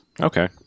Okay